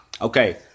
Okay